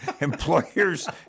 Employers